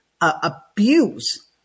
abuse